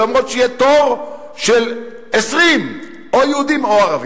למרות שיהיה תור של 20 או יהודים או ערבים,